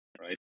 right